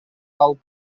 алып